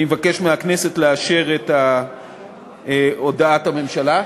אני מבקש מהכנסת לאשר את הודעת הממשלה.